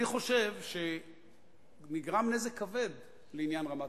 אני חושב שנגרם נזק כבד לעניין רמת-הגולן,